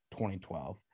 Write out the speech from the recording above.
2012